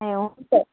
ए हुन्छ